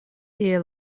tie